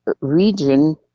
region